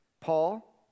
Paul